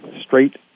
straight